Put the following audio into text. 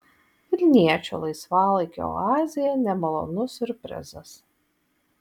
vilniečių laisvalaikio oazėje nemalonus siurprizas